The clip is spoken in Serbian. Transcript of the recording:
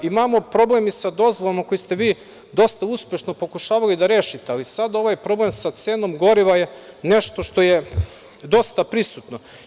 Imamo problem i sa dozvolama koje ste vi dosta uspešno pokušavali da rešite, ali sada ovaj problem sa cenom goriva je nešto što je dosta prisutno.